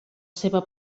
seva